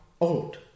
old